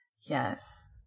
Yes